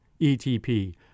ETP